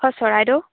হয় চৰাইদেউ